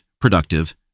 productive